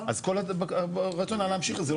אז כל הרצון היה להמשיך עם זה,